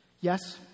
Yes